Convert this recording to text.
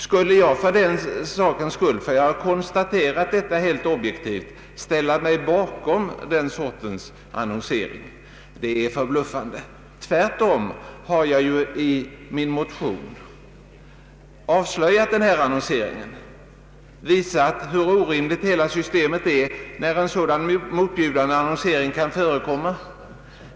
Skulle jag, därför att jag helt objektivt har konstaterat detta, ställa mig bakom den sortens annonsering? Det är förbluffande. Tvärtom har jag ju i min motion avslöjat annonseringen och påvisat hur orimligt systemet är, när en sådan motbjudande annonsering kan få förekomma.